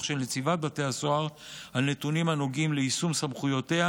של נציבת בתי הסוהר על נתונים הנוגעים ליישום סמכויותיה,